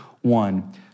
one